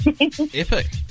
Epic